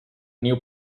new